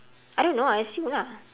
I don't know I assume lah